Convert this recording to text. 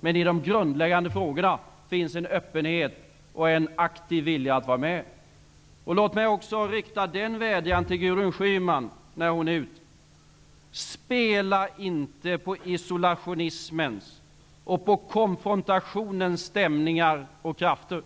Men i de grundläggande frågorna finns en öppenhet och en aktiv vilja att vara med. Låt mig också rikta en vädjan till Gudrun Schyman, när hon är ute: Spela inte på isolationismens och på konfrontationens stämningar och krafter!